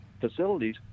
facilities